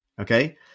Okay